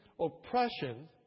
oppression